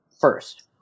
first